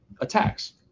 Attacks